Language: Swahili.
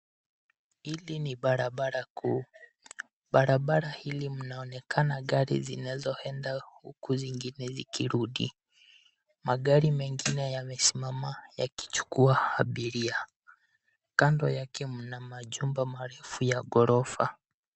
Hili ni barabara kuu. Barabara hili mnaonekana gari zinazoenda huku zingine zikirudi. Magari mengine yamesimama yakichukua abiria. Kando yake mna majumba marefu ya ghorofa.